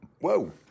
Whoa